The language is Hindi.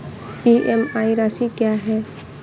ई.एम.आई राशि क्या है?